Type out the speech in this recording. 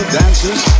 dancers